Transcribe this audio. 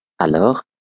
Alors